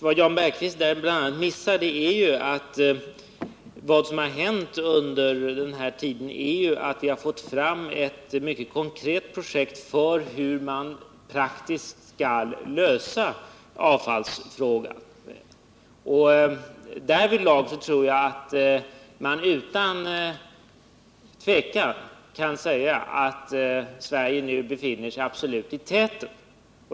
Vad Jan Bergqvist missar är bl.a. att vi under den här tiden har fått fram ett mycket konkret projekt för hur man praktiskt skall lösa avfallsfrågan. Därvidlag tror jag att man utan tvekan kan säga att Sverige nu befinner sig absolut i täten.